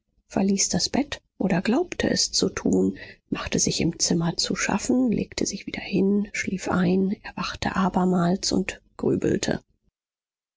verließ das bett oder glaubte es zu tun machte sich im zimmer zu schaffen legte sich wieder hin schlief ein erwachte abermals und grübelte